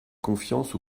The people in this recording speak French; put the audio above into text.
confiance